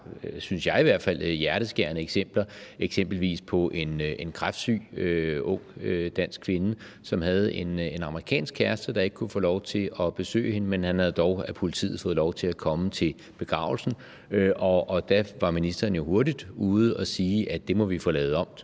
synes jeg, ret hjerteskærende eksempler. Et eksempel var en kræftsyg ung dansk kvinde, som havde en amerikansk kæreste, der ikke kunne få lov til at besøge hende, men han havde dog af politiet fået lov til at komme til begravelsen, og der var ministeren jo hurtigt ude at sige, at det måtte vi få lavet om,